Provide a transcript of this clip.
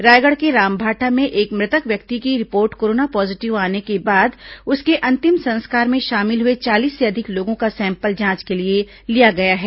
रायगढ़ के रामभाठा में एक मृतक व्यक्ति की रिपोर्ट कोरोना पॉजीटिव आने के बाद उसके अंतिम संस्कार में शामिल हुए चालीस से अधिक लोगों का सैंपल जांच के लिए लिया गया है